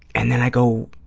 and then i go